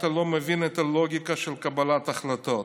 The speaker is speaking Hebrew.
אתה לא מבין את הלוגיקה של קבלת ההחלטות.